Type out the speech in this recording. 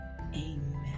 Amen